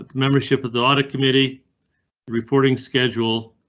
ah membership of the audit committee reporting schedule.